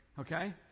Okay